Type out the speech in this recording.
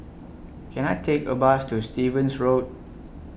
Can I Take A Bus to Stevens Road